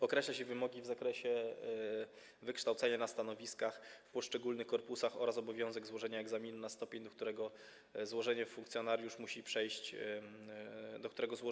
Określa się wymogi w zakresie wykształcenia na stanowiskach w poszczególnych korpusach oraz obowiązek złożenia egzaminu na określony stopień, do którego złożenia funkcjonariusz musi przejść szkolenie zawodowe.